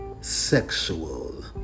sexual